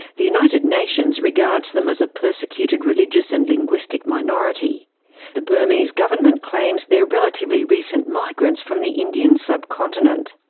the united nations regards them as a persecuted religious and linguistic minority the burmese government claims they are relatively recent migrants from the indian sub-continent.